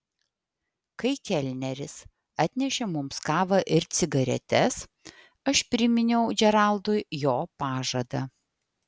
kai kelneris atnešė mums kavą ir cigaretes aš priminiau džeraldui jo pažadą